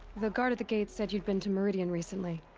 the guard at the gate said you'd been to meridian recently.